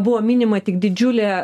buvo minima tik didžiulė